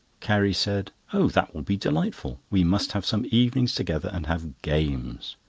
carrie said oh, that will be delightful! we must have some evenings together and have games.